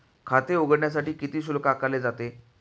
खाते उघडण्यासाठी किती शुल्क आकारले जाते?